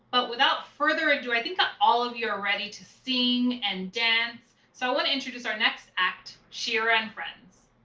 but without further ado, i think ah all of you are ready to sing and dance. so i wanna introduce our next act, shira and friends